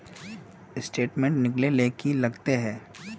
Statement निकले ले की लगते है?